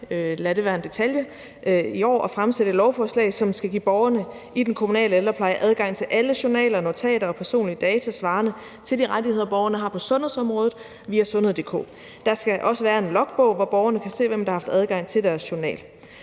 lad det være en detalje – at fremsætte et lovforslag, som skal give borgerne i den kommunale ældrepleje adgang til alle journaler, notater og personlige data svarende til de rettigheder, borgerne har på sundhedsområdet via sundhed.dk. Der skal også være en logbog, hvor borgerne kan se, hvem der har haft adgang til deres journal.